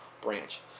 branch